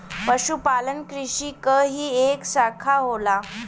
पशुपालन कृषि क ही एक साखा होला